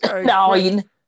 Nine